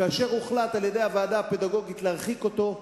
כאשר הוחלט על-ידי הוועדה הפדגוגית להרחיק אותו,